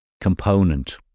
component